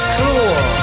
cool